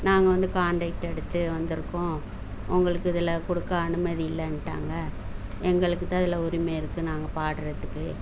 நாங்கள் வந்து காண்டாக்ட் எடுத்து வந்துருக்கோம் உங்களுக்கு இதில் கொடுக்க அனுமதி இல்லைன்டாங்க எங்களுக்குதான் இதில் உரிமை இருக்குது நாங்க பாடுறதுக்கு